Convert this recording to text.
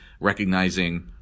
recognizing